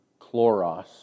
chloros